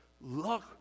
Look